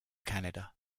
canada